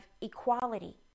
equality